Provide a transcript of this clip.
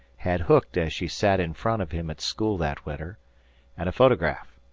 had hooked as she sat in front of him at school that winter and a photograph.